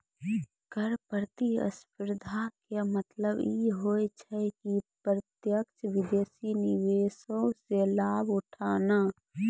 कर प्रतिस्पर्धा के मतलब इ होय छै कि प्रत्यक्ष विदेशी निवेशो से लाभ उठाना